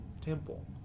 temple